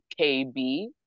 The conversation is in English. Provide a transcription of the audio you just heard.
KB